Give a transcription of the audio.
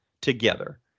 together